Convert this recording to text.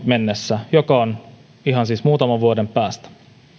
mennessä joka on ihan siis muutaman vuoden päästä